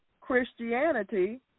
Christianity